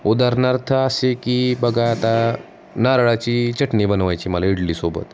उदारणार्थ असे आहे की बघा आता नारळाची चटणी बनवायची मला इडलीसोबत